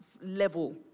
level